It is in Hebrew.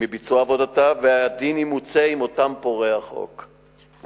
מביצוע עבודתה, והדין ימוצה עם אותם פורעי חוק.